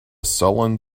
sullen